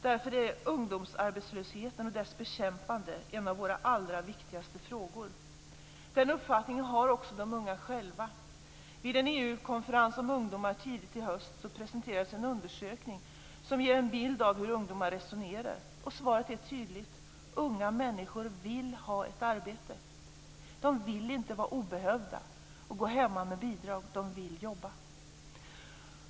Därför är ungdomsarbetslösheten och bekämpandet av den en av våra allra viktigaste frågor. Den uppfattningen har också de unga själva. Vid en EU-konferens om ungdomar tidigt i höstas presenterades en undersökning som ger en bild av hur ungdomar resonerar. Svaret är tydligt; unga människor vill ha ett arbete. De vill inte vara obehövda och gå hemma med bidrag. De vill jobba.